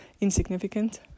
insignificant